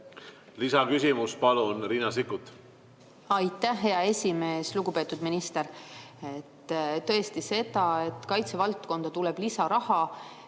Lisaküsimus, palun, Riina Sikkut! Aitäh, hea esimees! Lugupeetud minister! Tõesti, seda, et kaitsevaldkonda tuleb lisaraha